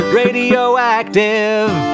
radioactive